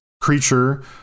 creature